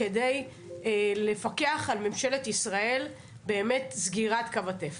כדי לפקח על ממשלת ישראל באמת סגירת קו התפר.